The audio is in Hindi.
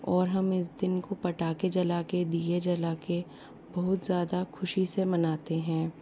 और हम इस दिन को पटाके जला के दिये जला के बहुत ज़्यादा खुशी से मनाते हैं